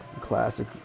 Classic